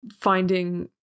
finding